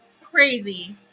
crazy